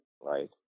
right